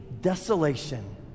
desolation